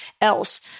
else